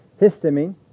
histamine